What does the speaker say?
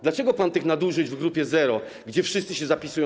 Dlaczego pan tych nadużyć w grupie zero, gdzie wszyscy się zapisują.